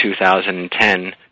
2010